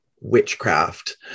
witchcraft